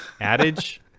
Adage